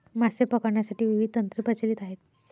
मासे पकडण्यासाठी विविध तंत्रे प्रचलित आहेत